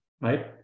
right